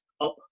up